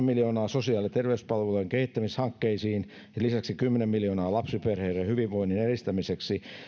miljoonaa sosiaali ja terveyspalvelujen kehittämishankkeisiin ja lisäksi kymmenen miljoonaa lapsiperheiden hyvinvoinnin edistämiseksi